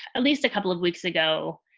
at least a couple of weeks ago,